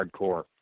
hardcore